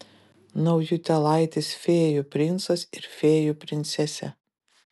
naujutėlaitis fėjų princas ir fėjų princesė